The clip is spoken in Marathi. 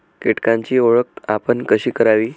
कीटकांची ओळख आपण कशी करावी?